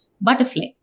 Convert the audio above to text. butterfly